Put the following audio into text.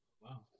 Wow